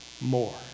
more